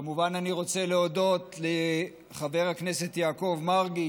אני כמובן רוצה להודות לחבר הכנסת יעקב מרגי,